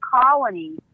Colony